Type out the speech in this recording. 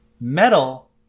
Metal